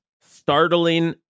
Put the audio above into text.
startling